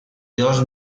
dos